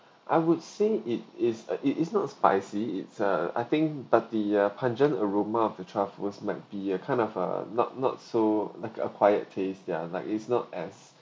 I would say it is a it is not spicy it's uh I think but the pungent aroma of the truffles might be a kind of uh not not so like a quiet taste yeah like it's not as